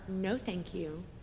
no-thank-you